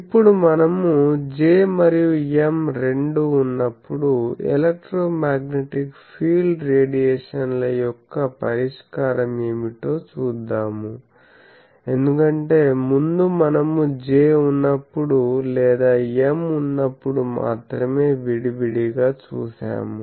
ఇప్పుడు మనము J మరియు M రెండు ఉన్నప్పుడు ఎలక్ట్రో మాగ్నెటిక్ ఫీల్డ్ రేడియేషన్ల యొక్క పరిష్కారం ఏమిటో చూద్దాము ఎందుకంటే ముందు మనము J ఉన్నప్పుడు లేదా M ఉన్నప్పుడు మాత్రమే విడివిడిగా చూసాము